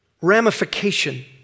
ramification